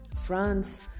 France